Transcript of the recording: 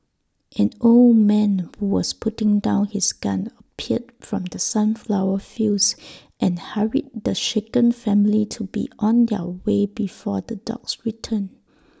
an old man who was putting down his gun appeared from the sunflower fields and hurried the shaken family to be on their way before the dogs return